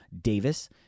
Davis